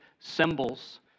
Symbols